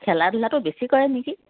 খেলা ধূলাটো বেছি কৰে নেকি